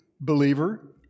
believer